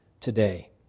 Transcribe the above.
today